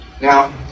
Now